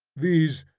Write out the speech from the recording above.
these,